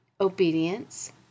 obedience